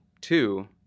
two